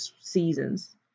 seasons